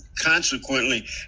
consequently